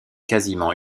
quasiment